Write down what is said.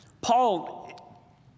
Paul